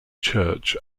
church